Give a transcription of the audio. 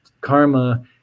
karma